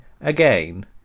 again